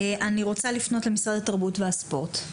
אני רוצה לפנות למשרד התרבות והספורט.